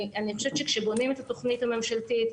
אני חושבת שכשבונים את התכנית הממשלתית,